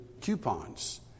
coupons